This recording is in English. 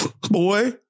Boy